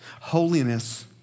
Holiness